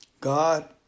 God